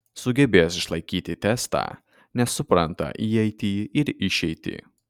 sugebės išlaikyti testą nes supranta įeitį ir išeitį